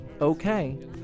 Okay